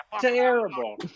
terrible